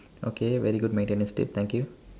okay very good maintenance tip thank you